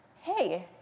Hey